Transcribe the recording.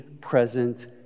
present